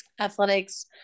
athletics